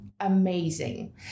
Amazing